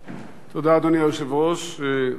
אדוני היושב-ראש, אדוני השר,